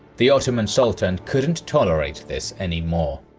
the ottoman sultan couldn't tolerate this anymore.